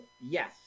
Yes